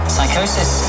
Psychosis